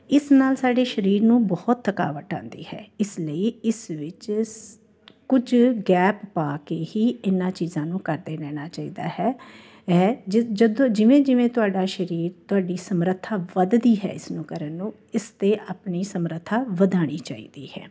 ਇਸ ਨਾਲ ਸਾਡੇ ਸਰੀਰ ਨੂੰ ਬਹੁਤ ਥਕਾਵਟ ਆਉਂਦੀ ਹੈ ਇਸ ਲਈ ਇਸ ਵਿੱਚ ਸ ਕੁਝ ਗੈਪ ਪਾ ਕੇ ਹੀ ਇਨ੍ਹਾਂ ਚੀਜ਼ਾਂ ਨੂੰ ਕਰਦੇ ਰਹਿਣਾ ਚਾਹੀਦਾ ਹੈ ਹੈ ਜਦੋਂ ਜਿਵੇਂ ਜਿਵੇਂ ਤੁਹਾਡਾ ਸਰੀਰ ਤੁਹਾਡੀ ਸਮਰੱਥਾ ਵਧਦੀ ਹੈ ਇਸਨੂੰ ਕਰਨ ਨੂੰ ਇਸਦੇ ਆਪਣੀ ਸਮਰੱਥਾ ਵਧਾਉਣੀ ਚਾਹੀਦੀ ਹੈ